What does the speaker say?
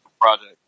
project